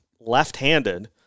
left-handed